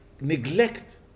neglect